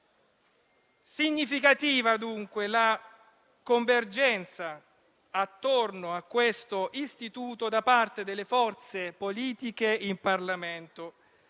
Significativa, dunque, la convergenza attorno a questo istituto da parte delle forze politiche in Parlamento